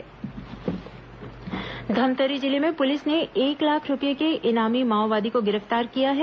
माओवादी गिरफ्तार धमतरी जिले में पुलिस ने एक लाख रूपये के इनामी माओवादी को गिरफ्तार किया है